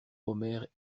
omer